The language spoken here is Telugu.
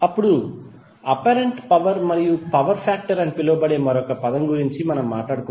ఇప్పుడు అప్పారెంట్ పవర్ మరియు పవర్ ఫాక్టర్ అని పిలువబడే మరొక పదం గురించి మాట్లాడుదాం